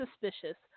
suspicious